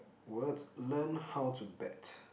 words learn how to bat